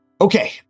Okay